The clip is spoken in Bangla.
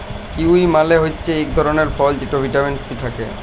কিউই মালে হছে ইক ধরলের ফল যাতে ভিটামিল সি থ্যাকে